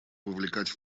вовлекать